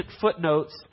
footnotes